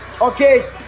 okay